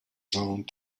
zoned